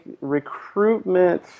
recruitment